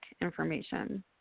information